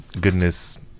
Goodness